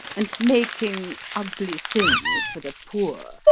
and making ugly things for the poor,